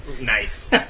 Nice